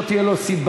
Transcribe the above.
מי שלא תהיה לו סיבה,